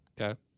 Okay